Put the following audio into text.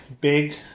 big